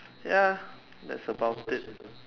ya that's about it